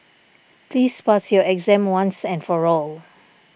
please pass your exam once and for all